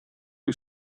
you